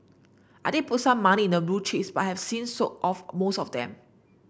I did put some money into blue chips but have since sold off most of them